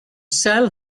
sell